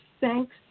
thanks